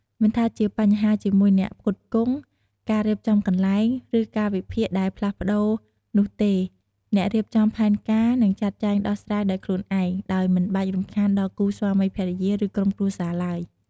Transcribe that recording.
មិនថាជាបញ្ហាជាមួយអ្នកផ្គត់ផ្គង់ ការរៀបចំកន្លែង ឬកាលវិភាគដែលផ្លាស់ប្តូរនោះទេ អ្នករៀបចំផែនការនឹងចាត់ចែងដោះស្រាយដោយខ្លួនឯង ដោយមិនបាច់រំខានដល់គូស្វាមីភរិយា ឬក្រុមគ្រួសារឡើយ។